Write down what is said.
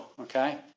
okay